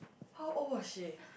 how old was she